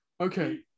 Okay